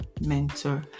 mentor